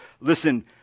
listen